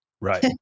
Right